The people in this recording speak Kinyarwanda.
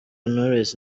knowless